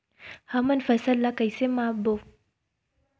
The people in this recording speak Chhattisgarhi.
हमन फसल ला कइसे माप बो?